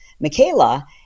Michaela